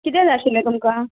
किदें जाय आशिल्लें तुमकां